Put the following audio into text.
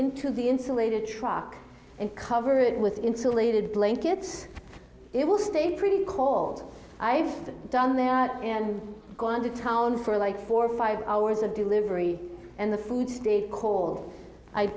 into the insulated truck and cover it with insulated blankets it will stay pretty cold i've done there and gone to town for like four or five hours of delivery and the food stayed call i